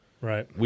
Right